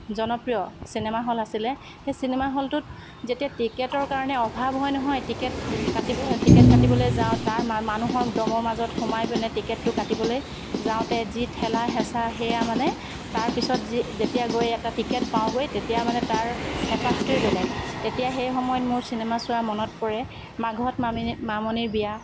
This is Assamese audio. জনপ্ৰিয় চিনেমা হল আছিলে সেই চিনেমা হলটোত যেতিয়া টিকেটৰ কাৰণে অভাৱ হয় নহয় টিকেট কাটিব টিকেট কাটিবলৈ যাওঁ তাৰ মানুহৰ দমৰ মজাত সোমাই গ'লে টিকেটটো কাটিবলৈ যাওঁতে যি থেলা হেচা সেইয়া মানে তাৰপিছত যেতিয়া গৈ টিকেট পাওঁগৈ তেতিয়া মানে তাৰ হেপাহটোয়ে বেলেগ তেতিয়া সেই সময়ত মোৰ চিনেমা চোৱা মনত পৰে মাঘত মামণিৰ বিয়া